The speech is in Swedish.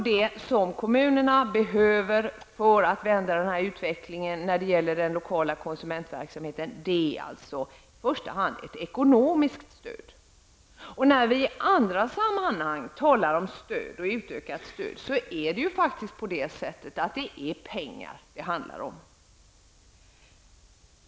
Det som kommunerna behöver för att vända utvecklingen i fråga om den kommunala konsumentverksamheten är alltså i första hand ett ekonomiskt stöd. När vi i andra sammanhang talar om stöd och utökat stöd, är det faktiskt pengar det handlar om.